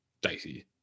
dicey